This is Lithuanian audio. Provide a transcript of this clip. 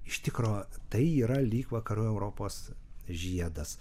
iš tikro tai yra lyg vakarų europos žiedas